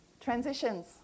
Transitions